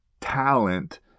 talent